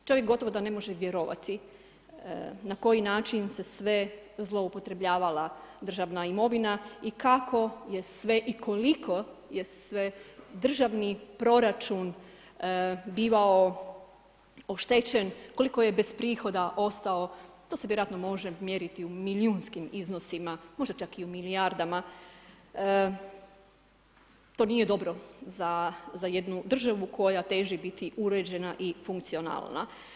Čovjek gotovo da ne može vjerovati na koji način se sve zloupotrebljavala državna imovina i kako je sve i koliko je sve državni proračun bivao oštećen, koliko je bez prihoda ostao to se vjerojatno može mjeriti u milijunskim iznosima, možda čak i u milijardama, to nije dobro za jednu državu koja teži biti uređena i funkcionalna.